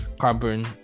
carbon